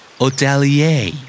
Hotelier